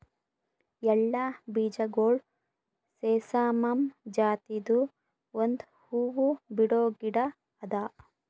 ಎಳ್ಳ ಬೀಜಗೊಳ್ ಸೆಸಾಮಮ್ ಜಾತಿದು ಒಂದ್ ಹೂವು ಬಿಡೋ ಗಿಡ ಅದಾ